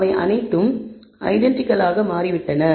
அவை அனைத்தும் ஐடெண்டிகல் ஆக மாறிவிட்டன